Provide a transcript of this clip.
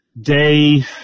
day –